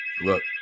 Look